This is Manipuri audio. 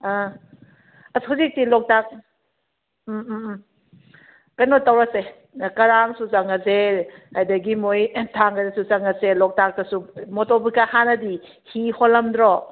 ꯑꯥ ꯑꯁ ꯍꯧꯖꯤꯛꯇꯤ ꯂꯣꯛꯇꯥꯛ ꯎꯝ ꯎꯝ ꯎꯝ ꯀꯩꯅꯣ ꯇꯧꯔꯁꯦ ꯀꯔꯥꯡꯁꯨ ꯆꯪꯉꯁꯦ ꯑꯗꯒꯤ ꯃꯣꯏ ꯊꯥꯡꯒꯗꯁꯨ ꯆꯪꯉꯁꯦ ꯂꯣꯛꯇꯥꯛꯇꯁꯨ ꯃꯣꯇꯔ ꯕꯣꯠꯀ ꯍꯥꯟꯅꯗꯤ ꯍꯤ ꯍꯣꯜꯂꯝꯗ꯭ꯔꯣ